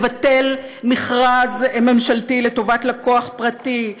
לבטל מכרז ממשלתי לטובת לקוח פרטי,